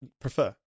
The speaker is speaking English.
prefer